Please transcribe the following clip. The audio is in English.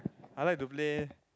I like to play